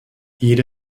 jede